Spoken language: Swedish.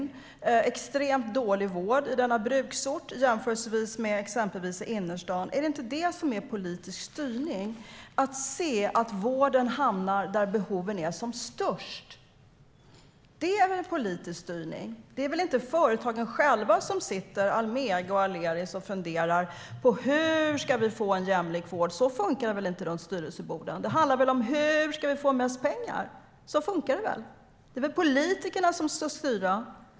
Det är en extremt dålig vård i denna bruksort jämfört med exempelvis Stockholms innerstad. Är det inte det som är politisk styrning - att se att vården hamnar där behoven är som störst? Det är politisk styrning. Det är väl inte företagen själva - Almega och Aleris - som sitter och funderar på hur vi ska få en jämlik vård. Så funkar det väl inte runt styrelseborden? Det handlar om hur man ska få mest pengar. Så funkar det väl. Det är politikerna som ska styra.